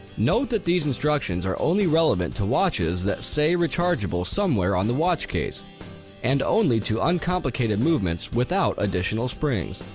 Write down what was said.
note that these instructions are only relevant to watches that say rechargeable somewhere on the watch case and only to uncomplicated movements without additional springs.